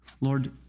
Lord